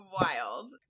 wild